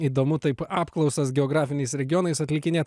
įdomu taip apklausas geografiniais regionais atlikinėt